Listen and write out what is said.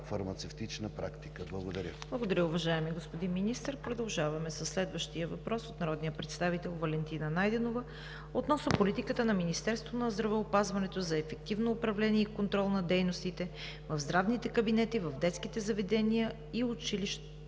фармацевтична практика. Благодаря. ПРЕДСЕДАТЕЛ ЦВЕТА КАРАЯНЧЕВА: Благодаря, уважаеми господин Министър. Продължаваме със следващия въпрос от народния представител Валентина Найденова относно политиката на Министерството на здравеопазването за ефективно управление и контрол на дейностите в здравните кабинети в детските заведения и училищата,